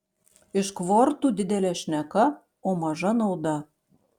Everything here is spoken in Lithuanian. iš kvortų didelė šneka o maža nauda